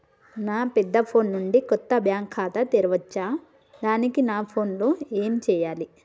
నా పెద్ద ఫోన్ నుండి కొత్త బ్యాంక్ ఖాతా తెరవచ్చా? దానికి నా ఫోన్ లో ఏం చేయాలి?